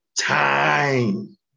time